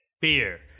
Beer